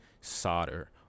solder